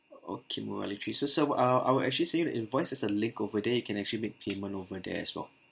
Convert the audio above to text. okay murali three sir so I will I will actually send the invoice as a link over there you can actually make payment over there as well